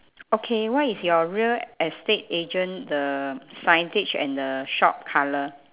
okay what is your real estate agent the signage and the shop colour